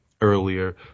earlier